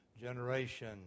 generation